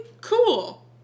Cool